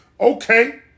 Okay